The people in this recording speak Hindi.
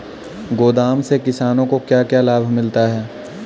गोदाम से किसानों को क्या क्या लाभ मिलता है?